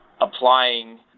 applying